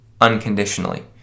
unconditionally